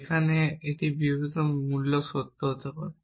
যেখানে সেই বিবৃতিটি সত্য হতে পারে